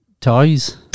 toys